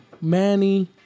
Manny